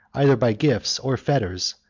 either by gifts or fetters,